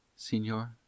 Signor